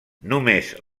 només